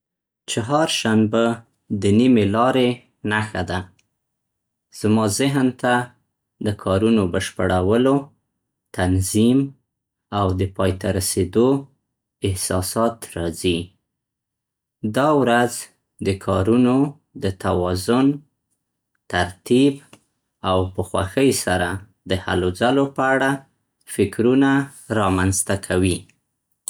چهارشنبه د نیمې لارې نښه ده. زما ذهن ته د کارونو بشپړولو، تنظیم او د پای ته رسېدو احساسات راځي. دا ورځ د کارونو د توازن، ترتیب او په خوښۍ سره د هلو ځلو په اړه فکرونه رامنځته کوي.